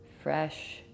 fresh